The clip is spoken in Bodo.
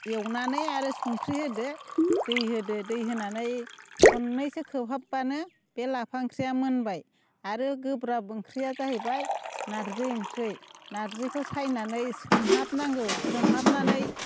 एवनानै आरो संख्रि होदो दै होदो दै होनानै खननैसो खोबहाब्बानो बे लाफा ओंख्रिया मोनबाय आरो गोब्राब ओंख्रिया जाहैबाय नारजि ओंख्रि नारजिखौ सायनानै सोमहाब नांगौ सोमहाबनानै